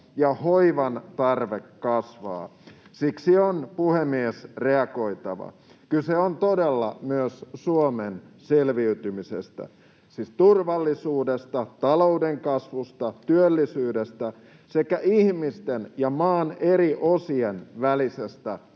ja hoivantarve kasvaa. Siksi on, puhemies, reagoitava. Kyse on todella myös Suomen selviytymisestä, siis turvallisuudesta, talouden kasvusta, työllisyydestä sekä ihmisten ja maan eri osien välisestä